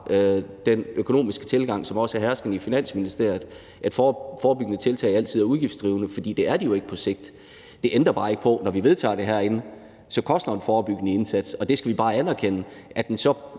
den økonomiske tilgang, som også er herskende i Finansministeriet, nemlig at forebyggende tiltag altid er udgiftsdrivende, for det er de jo ikke på sigt. Det ændrer bare ikke på, at når vi herinde vedtager en forebyggende indsats, koster det. Det skal vi bare anerkende. Det, at det så